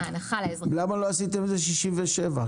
למה לא עשיתם את זה 67?